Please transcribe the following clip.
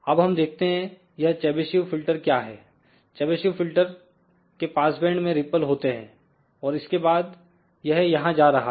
अब हम देखते हैंयह चेबीशेव फिल्टर क्या है चेबीशेव फिल्टर के पासबैंड में रिपल होते हैं और इसके बाद यह यहां जा रहा है